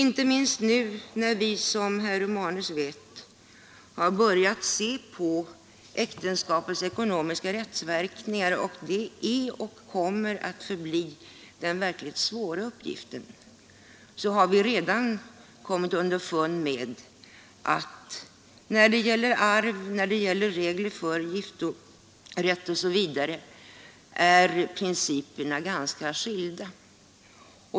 När vi nu, som herr Romanus vet, har börjat se på äktenskapets ekonomiska rättsverkningar — och det är och kommer att förbli den verkligt svåra uppgiften — har vi kommit underfund med att i fråga om arv, giftorätt osv. är principerna ganska skilda.